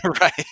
Right